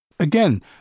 Again